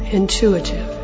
intuitive